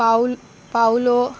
पावल पावलो